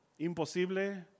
imposible